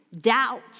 doubt